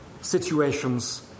situations